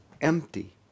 empty